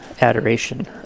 adoration